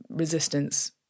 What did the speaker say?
resistance